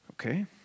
Okay